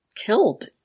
Killed